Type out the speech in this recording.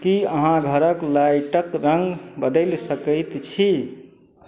की अहाँ घरक लाइटक रङ्ग बदलि सकैत छी